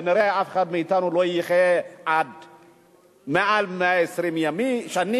כנראה אף אחד מאתנו לא יחיה מעל 120 שנים,